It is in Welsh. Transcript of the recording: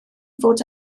fod